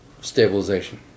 stabilization